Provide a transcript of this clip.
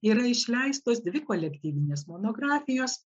yra išleistos dvi kolektyvinės monografijos